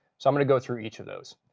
so i'm going to go through each of those.